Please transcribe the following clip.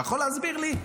אתה יכול להסביר לי,